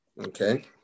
Okay